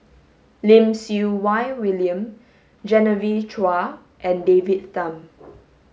Lim Siew Wai William Genevieve Chua and David Tham